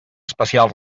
especial